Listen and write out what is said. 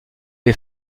les